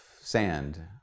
sand